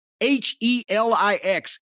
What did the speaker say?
H-E-L-I-X